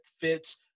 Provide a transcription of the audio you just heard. fits